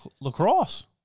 lacrosse